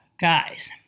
Guys